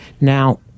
Now